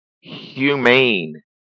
humane